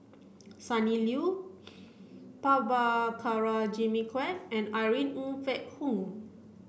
Sonny Liew Prabhakara Jimmy Quek and Irene Ng Phek Hoong